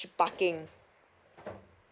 parking